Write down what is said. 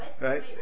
Right